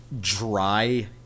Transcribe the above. dry